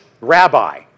rabbi